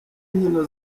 nkino